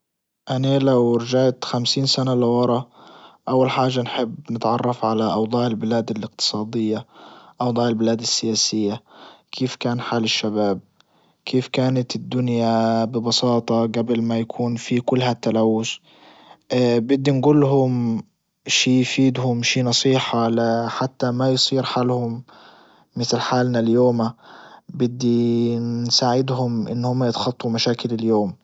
اني لو رجعت خمسين سنة لورا اول حاجة نحب نتعرف على اوضاع البلاد الاقتصادية اوضاع البلاد السياسية كيف كان حال الشباب? كيف كانت الدنيا ببساطة جبل ما يكون في كل هالتلوث بدي نجول لهم شي يفيدهم شي نصيحة لحتى ما يصير حالهم مثل حالنا اليومهبدي نساعدهم ان هم يتخطوا مشاكل اليوم.